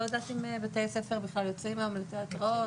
לא יודעת אם בתי ספר בכלל יוצאים היום לתיאטראות.